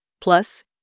plus